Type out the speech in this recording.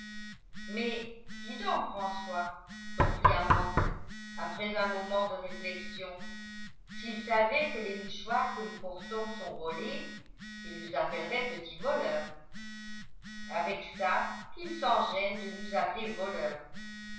dis donc françois reprit amandine après un moment de réflexion s'ils savaient que les mouchoirs que nous portons sont volés ils nous appelleraient petits voleurs avec ça qu'ils s'en gênent de nous appeler voleurs